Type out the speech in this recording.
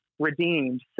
Redeemed